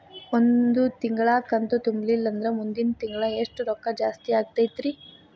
ಒಂದು ತಿಂಗಳಾ ಕಂತು ತುಂಬಲಿಲ್ಲಂದ್ರ ಮುಂದಿನ ತಿಂಗಳಾ ಎಷ್ಟ ರೊಕ್ಕ ಜಾಸ್ತಿ ಆಗತೈತ್ರಿ?